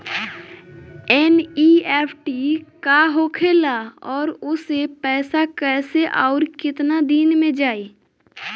NEFT का होखेला और ओसे पैसा कैसे आउर केतना दिन मे जायी?